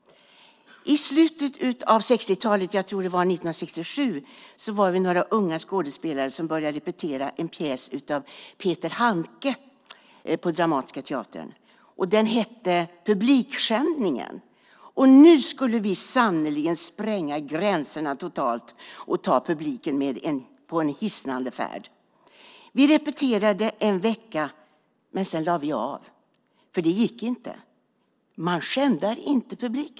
I slutet av 1960-talet - jag tror att det var 1967 - var vi några unga skådespelare som började repetera en pjäs av Peter Handke på Dramatiska Teatern. Den hette Publikskändningen . Nu skulle vi sannerligen spränga gränserna totalt och ta publiken med på en hisnande färd. Vi repeterade en vecka, men sedan lade vi av, för det gick inte.